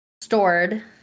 stored